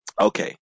Okay